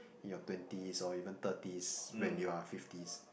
you're twenties or even thirties when you are fifties